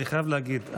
אני חייב להגיד,